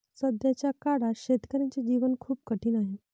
सध्याच्या काळात शेतकऱ्याचे जीवन खूप कठीण झाले आहे